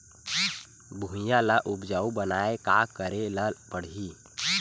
भुइयां ल उपजाऊ बनाये का करे ल पड़ही?